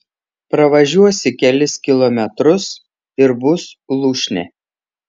pavažiuosi kelis kilometrus ir bus lūšnė